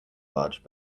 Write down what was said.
large